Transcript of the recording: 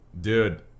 Dude